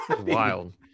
wild